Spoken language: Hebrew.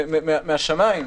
מן השמיים,